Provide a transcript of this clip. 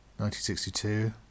1962